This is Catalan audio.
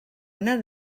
una